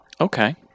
Okay